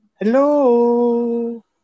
Hello